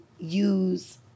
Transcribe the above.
use